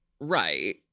Right